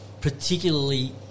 Particularly